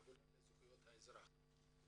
האגודה לזכויות האזרח.